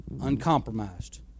uncompromised